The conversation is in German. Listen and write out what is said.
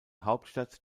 hauptstadt